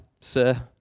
sir